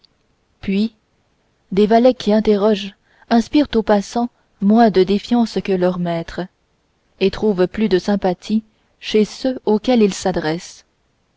puis des valets qui interrogent inspirent aux passants moins de défiance que leurs maîtres et trouvent plus de sympathie chez ceux auxquels ils s'adressent